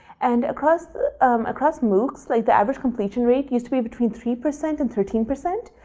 and across um across moocs, like the average completion rate used to be between three percent and thirteen percent.